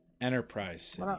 Enterprise